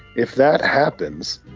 if that happens,